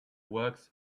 works